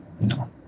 No